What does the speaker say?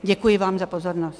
Děkuji vám za pozornost.